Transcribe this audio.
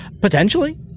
Potentially